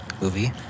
movie